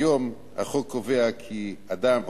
היום החוק קובע כי אדם,